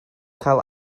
cael